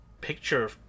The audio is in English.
picture